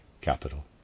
capital